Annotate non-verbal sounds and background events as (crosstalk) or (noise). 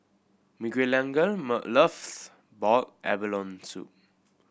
Miguelangel (unintelligible) loves boiled abalone soup